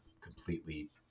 completely